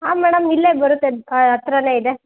ಆಂ madam ಇಲ್ಲೇ ಬರುತ್ತೆ ಹತ್ರನೆ ಇದೆ